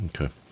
Okay